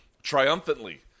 triumphantly